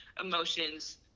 emotions